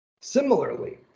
Similarly